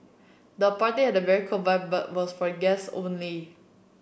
the party had very cool vibe but was for guests only